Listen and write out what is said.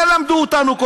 אז אל תלמדו אותנו,